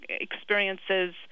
experiences